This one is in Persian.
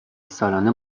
سالانه